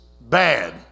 bad